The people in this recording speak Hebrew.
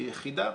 כיחידה,